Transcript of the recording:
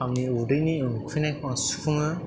आंनि उदैनि उखैनायखौ आङो सुफुङो